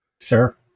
Sure